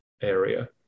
Area